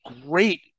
great